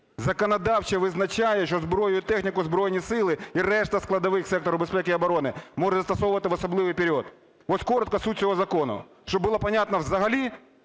визначає, що зброю і техніку Збройні Сили і решта складових сектору безпеки і оброни може застосовувати в особливий період. Ось коротко суть цього закону. Щоб було понятно взагалі,